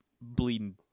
bleeding